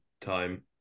time